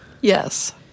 Yes